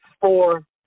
four